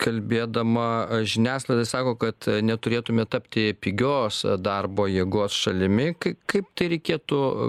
kalbėdama žiniasklaidai sako kad neturėtume tapti pigios darbo jėgos šalimi kai kaip tai reikėtų